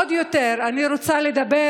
עוד יותר אני רוצה לדבר